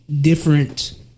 different